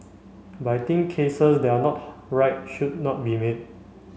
but I think cases that are not right should not be made